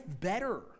better